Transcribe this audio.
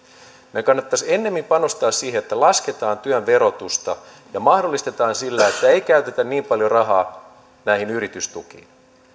meidän kannattaisi ennemmin panostaa siihen että lasketaan työn verotusta ja mahdollistetaan sillä että ei käytetä niin paljon rahaa näihin yritystukiin